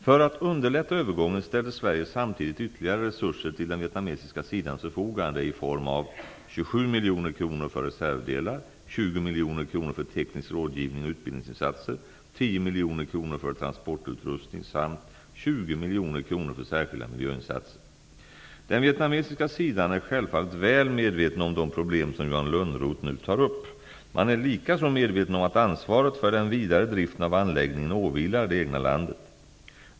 För att underlätta övergången ställde Sverige samtidigt ytterligare resurser till den vietnamesiska sidans förfogande i form av: - 20 miljoner kronor för teknisk rådgivning och utbildningsinsatser, Den vietnamesiska sidan är självfallet väl medveten om de problem som Johan Lönnroth nu tar upp. Man är likaså medveten om att ansvaret för den vidare driften av anläggningen åvilar det egna landet.